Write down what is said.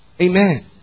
Amen